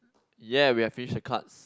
ya we have finish the cards